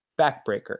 Backbreaker